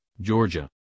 Georgia